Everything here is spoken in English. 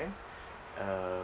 uh